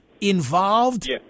involved